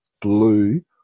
blue